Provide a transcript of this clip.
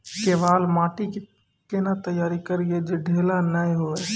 केवाल माटी के कैना तैयारी करिए जे ढेला नैय हुए?